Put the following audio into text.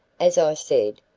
as i said,